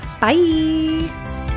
bye